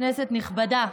כנסת נכבדה,